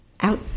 out